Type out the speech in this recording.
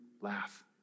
laugh